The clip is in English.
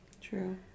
True